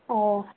ꯑꯣ